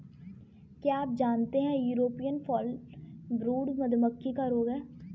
क्या आप जानते है यूरोपियन फॉलब्रूड मधुमक्खी का रोग है?